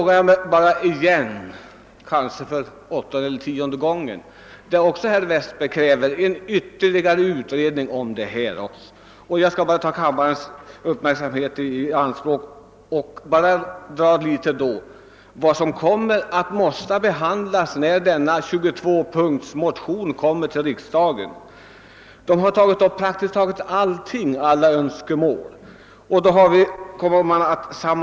Herr Westberg krävde en ytterligare utredning på detta område. Jag skall bara dra en del av de frågor som kommer att få behandlas när 22-punktsmotionen kommer till riksdagen. I den har man tagit upp praktiskt taget alla önskemål man kan tänka sig.